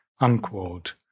unquote